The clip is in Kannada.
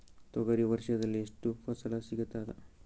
ತೊಗರಿ ವರ್ಷದಲ್ಲಿ ಎಷ್ಟು ಫಸಲ ಸಿಗತದ?